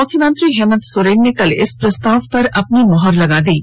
मुख्यमंत्री हेमंत सोरेन ने कल इस प्रस्ताव पर अपनी मुहर लगा दी है